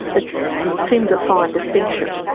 it seems a fine distinction.